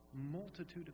Multitude